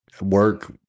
Work